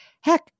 heck